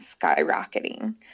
skyrocketing